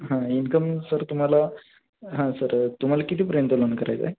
हां income sir तुम्हाला हां सर तुम्हाला कितीपर्यंत लोन करायचं आहे